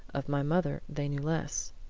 of my mother they knew less.